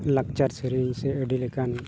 ᱞᱟᱠᱪᱟᱨ ᱥᱮᱨᱮᱧ ᱥᱮ ᱟᱹᱰᱤ ᱞᱮᱠᱟᱱ